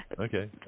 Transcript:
okay